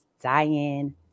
Diane